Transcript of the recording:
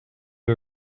you